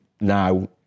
now